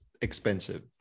expensive